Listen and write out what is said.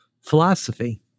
philosophy